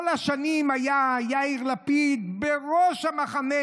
כל השנים היה יאיר לפיד בראש המחנה